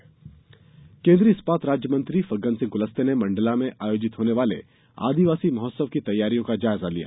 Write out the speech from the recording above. कुलस्ते आदिवासी महोत्सव केन्द्रीय इस्पात राज्यमंत्री फग्गन सिंह कुलस्ते ने मण्डला में आयोजित होने वाले आदिवासी महोत्सव की तैयारियों का जायजा लिया